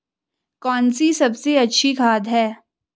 कौन सी सबसे अच्छी खाद है?